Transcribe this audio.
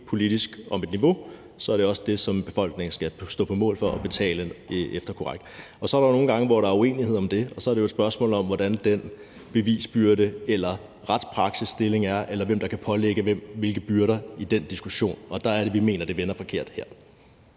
politisk om et niveau, er det også det, som befolkningen skal betale. Så er der nogle gange, hvor der er uenighed om det, og så er det jo et spørgsmål om, hvordan den bevisbyrde eller retspraksis er, eller hvem der kan pålægge hvem hvilke byrder i den diskussion, og der er det, vi mener, at det vender forkert her.